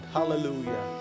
Hallelujah